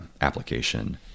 application